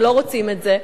שלא רוצים את זה.